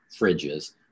fridges